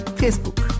facebook